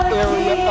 area